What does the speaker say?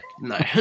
no